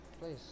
Please